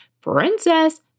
Princess